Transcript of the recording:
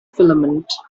filament